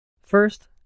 First